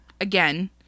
again